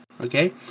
okay